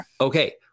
Okay